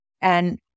And-